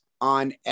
on